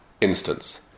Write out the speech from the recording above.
instance